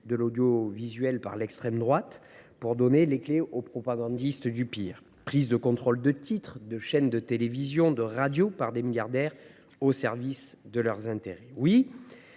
public voulue par l’extrême droite pour donner les clés aux propagandistes du pire, prise de contrôle de titres, de chaînes de télévision ou de radio par des milliardaires au service de leurs intérêts…